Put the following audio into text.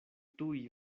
tuj